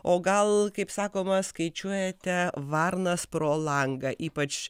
o gal kaip sakoma skaičiuojate varnas pro langą ypač